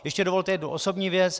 Ještě dovolte jednu osobní věc.